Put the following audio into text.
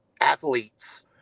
athletes